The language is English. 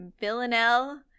Villanelle